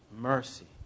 Mercy